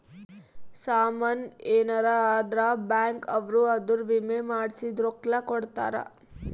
ಸಾಮನ್ ಯೆನರ ಅದ್ರ ಬ್ಯಾಂಕ್ ಅವ್ರು ಅದುರ್ ವಿಮೆ ಮಾಡ್ಸಿದ್ ರೊಕ್ಲ ಕೋಡ್ತಾರ